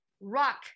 Rock